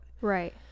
Right